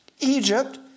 Egypt